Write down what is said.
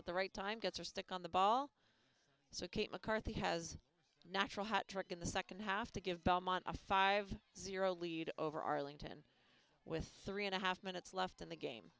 at the right time gets her stick on the ball so kate mccarthy has a natural hot trick in the second half to give belmont a five zero lead over arlington with three and a half minutes left in the game